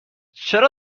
چرا